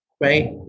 Right